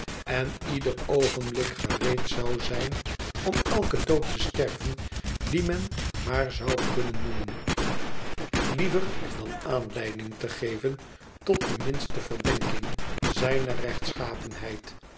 en ieder oogenblik gereed zou zijn om eiken dood te sterven dien men maar zou kunnen noemen liever dan aanleiding te geven tot de minste verdenking zijner